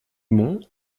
mont